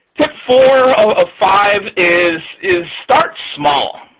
tip four of five is is start small.